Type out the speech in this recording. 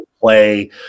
play